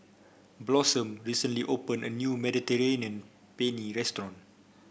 Blossom recently opened a new Mediterranean Penne Restaurant